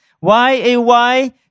Y-A-Y